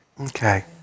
Okay